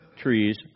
trees